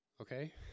okay